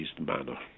manner